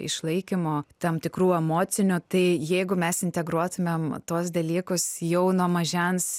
išlaikymo tam tikrų emocinių tai jeigu mes integruotumėm tuos dalykus jau nuo mažens